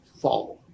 follow